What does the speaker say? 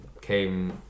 came